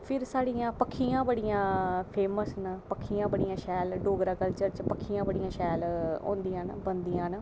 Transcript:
फिर साढ़ियां पक्खियां बड़ियां फेमस न पक्खियां बड़ियां शैल न डोगरा कल्चर च पक्खियां बड़ियां शैल न बनदियां न